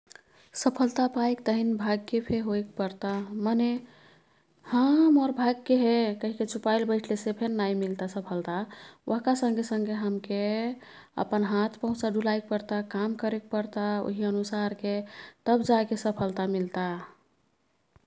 सफलता पाईक् तहिन भाग्य फे होईक् पर्ता। मने हाँ मोर् भाग्य हे कहिके चुपाईल बैठ्लेसे फेन नाई मिल्ता सफलता। ओह्का संगे संगे हमके अपन हात पहुचा डुलाइक् पर्ता, काम करेक पर्ता उही अनुसारके तब जा के सफलता मिल्ता।